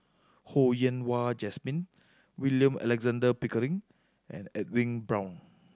Ho Yen Wah Jesmine William Alexander Pickering and Edwin Brown